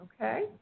Okay